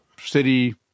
City